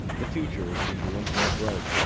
the future seemed once more bright.